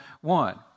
one